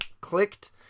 clicked